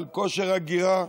על כושר אגירה,